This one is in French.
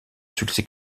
succès